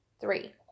three